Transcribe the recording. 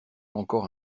encore